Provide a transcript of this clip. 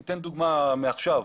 אני אתן דוגמה מעכשיו,